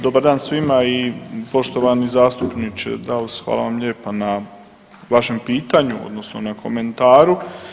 Dobar dan svima i poštovani zastupniče Daus hvala vam lijepa na vašem pitanju odnosno na komentaru.